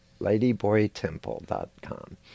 ladyboytemple.com